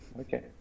Okay